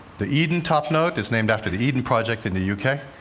the eden top note is named after the eden project in the u k.